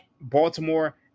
Baltimore